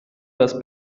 das